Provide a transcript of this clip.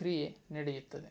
ಕ್ರಿಯೆ ನಡೆಯುತ್ತದೆ